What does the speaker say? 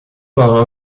marin